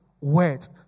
Words